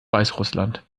weißrussland